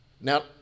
Now